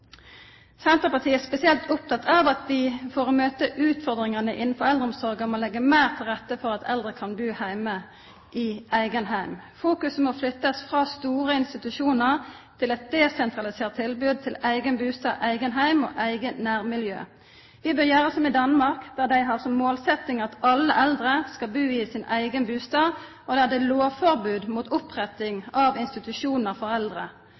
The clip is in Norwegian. utfordringane innanfor eldreomsorga må leggja meir til rette for at eldre kan bu heime i eigen heim. Fokuset må flyttast frå store institusjonar til desentraliserte tilbod – til eigen bustad, eigen heim og eige nærmiljø. Vi bør gjera som i Danmark. Der har dei som målsetjing at alle eldre skal bu i sin eigen bustad, og det er lovforbod mot oppretting av institusjonar for eldre.